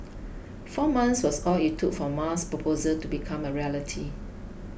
four months was all it took for Ma's proposal to become a reality